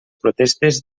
protestes